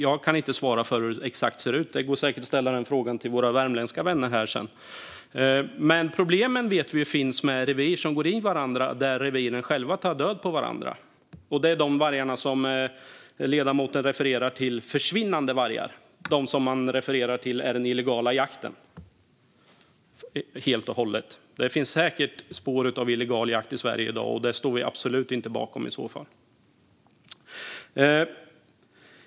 Jag kan inte svara för hur det ser ut exakt - det går säkert att ställa den frågan till våra värmländska vänner här i kammaren sedan - men vi vet att det finns problem med revir som går in i varandra och vargarna själva tar död på varandra. Det är de vargarna som ledamoten refererar till som försvinnande vargar - de som man menar är till följd av den illegala jakten helt och hållet. Det finns säkert spår av illegal jakt i Sverige i dag, och det står vi absolut inte bakom i så fall.